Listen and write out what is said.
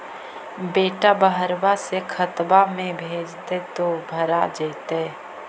बेटा बहरबा से खतबा में भेजते तो भरा जैतय?